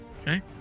Okay